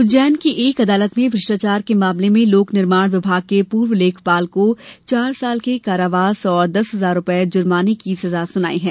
सजा उज्जैन की एक अदालत ने भ्रष्टाचार के मामले में लोक निर्माण विभाग के पूर्व लेखापाल को चार साल के कारावास और दस हजार रूपये जुर्माने की सजा सुनाई है